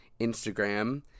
Instagram